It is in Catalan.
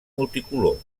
multicolor